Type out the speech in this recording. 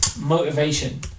motivation